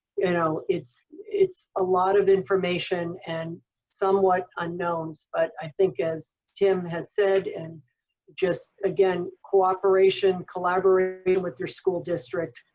you know. it's it's a lot of information and somewhat unknown. but i think as tim has said and just, again, cooperation, collaborate with your school district,